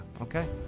Okay